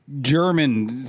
German